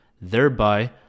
thereby